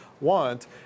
want